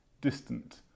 distant